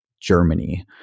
Germany